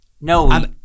No